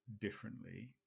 differently